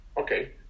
Okay